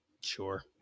Sure